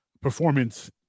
performance